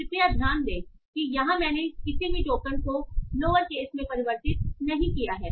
कृपया ध्यान दें कि यहां मैंने किसी भी टोकन को लोअर केस में परिवर्तित नहीं किया है